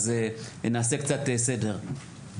אז נעשה קצת סדר.